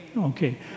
Okay